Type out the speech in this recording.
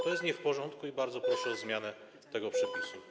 To jest nie w porządku i bardzo proszę o zmianę tego przepisu.